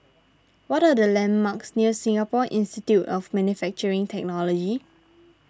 what are the landmarks near Singapore Institute of Manufacturing Technology